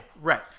Right